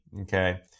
okay